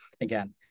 again